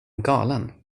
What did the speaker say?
galen